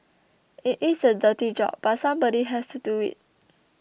it is a dirty job but somebody has to do it